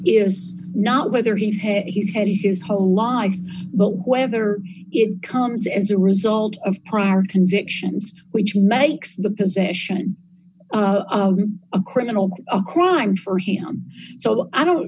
is not whether he has his whole his whole life but whether it comes as a result of prior convictions which makes the possession of a criminal a crime for him so i don't